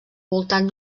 voltant